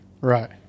Right